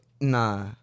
nah